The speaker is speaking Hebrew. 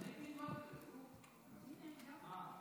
אדוני יושב-ראש